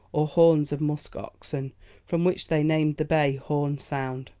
or horns of musk oxen from which they named the bay horn sound.